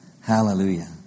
Hallelujah